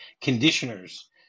conditioners